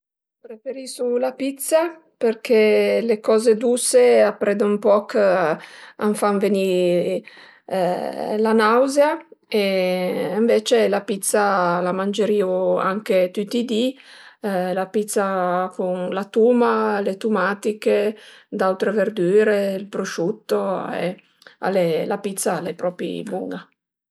Preferisu la pizza përché le coze duse aprè d'ën poch a m'fan veni la nauzea e ënvecce la pizza la mangerìu anche tüti i di, la pizza cun la tuma, le tumatiche, d'aute verdüre, ël prosciutto, la pizza al e propi bun-a